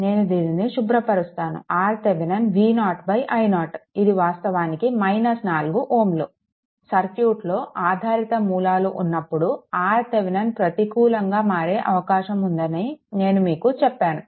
నేను దీనిని శుభ్రపరుస్తాను RThevenin V0 i0 ఇది వాస్తవానికి 4 Ω సర్క్యూట్లో ఆధారిత మూలాలు ఉన్నప్పుడు RThevenin ప్రతికూలంగా మారే అవకాశం ఉందని నేను మీకు చెప్పాను